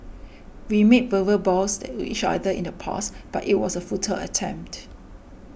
we made verbal vows to each other in the past but it was a futile attempt